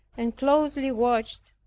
and closely watched,